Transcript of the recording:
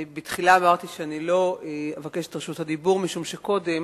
אני בתחילה אמרתי שאני לא אבקש את רשות הדיבור משום שקודם,